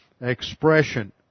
expression